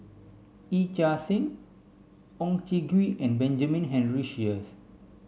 Yee Chia Hsing Oon Jin Gee and Benjamin Henry Sheares